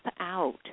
out